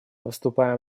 выступаем